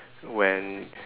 when